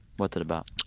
what's it about?